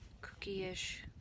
cookie-ish